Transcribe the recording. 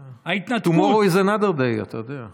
ההתנתקות, Tomorrow is another day, אתה יודע.